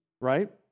right